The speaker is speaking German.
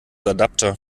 adapter